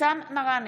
אבתיסאם מראענה,